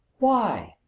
why?